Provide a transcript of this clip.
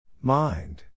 Mind